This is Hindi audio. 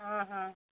हाँ हाँ